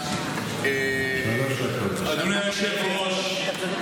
אדוני היושב-ראש,